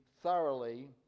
thoroughly